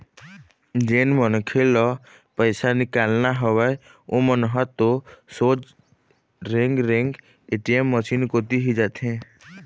जेन मनखे ल पइसा निकालना हवय ओमन ह तो सोझ रेंगे रेंग ए.टी.एम मसीन कोती ही जाथे